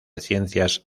ciencias